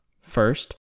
first